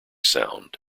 sound